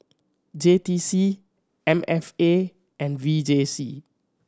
J T C M F A and V J C